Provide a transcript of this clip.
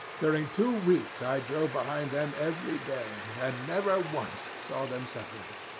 during two weeks i drove behind them every day, and never once saw them separate.